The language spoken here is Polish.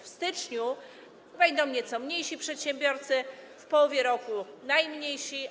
W styczniu wejdą nieco mniejsi przedsiębiorcy, w połowie roku najmniejsi.